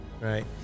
Right